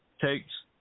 takes